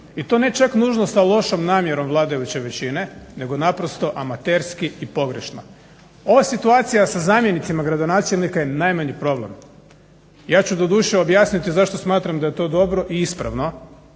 i to ne čak nužno sa lošom namjerom vladajuće većine nego naprosto amaterski i pogrešno. Ova situacija sa zamjenicima gradonačelnicima je najmanji problem. Ja ću doduše objasniti zašto smatram da je to dobro i ispravno